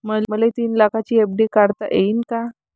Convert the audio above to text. मले तीन लाखाची एफ.डी काढता येईन का?